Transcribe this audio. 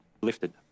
Lifted